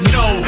no